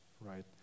right